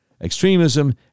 extremism